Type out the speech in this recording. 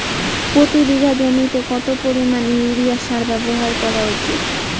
প্রতি বিঘা জমিতে কত পরিমাণ ইউরিয়া সার ব্যবহার করা উচিৎ?